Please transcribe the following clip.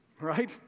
right